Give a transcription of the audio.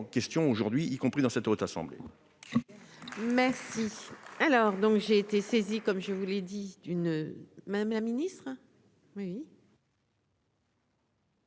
question aujourd'hui, y compris dans cette haute assemblée. Mais si, alors donc j'ai été saisi, comme je vous l'ai dit, d'une même un ministre oui.